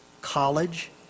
college